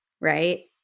Right